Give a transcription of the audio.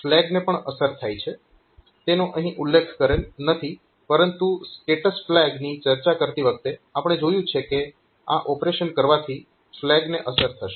આનાથી ફ્લેગને પણ અસર થાય છે તેનો અહીં ઉલ્લેખ કરેલ નથી પરંતુ સ્ટેટસ ફ્લેગ ની ચર્ચા કરતી વખતે આપણે જોયું છે કે આ ઓપરેશન કરવાથી ફ્લેગને અસર થશે